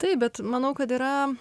taip bet manau kad yra